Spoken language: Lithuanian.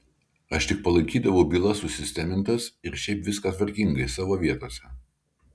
aš tik palaikydavau bylas susistemintas ir šiaip viską tvarkingai savo vietose